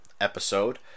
episode